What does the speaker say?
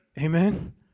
amen